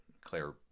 Claire